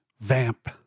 Vamp